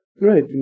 Right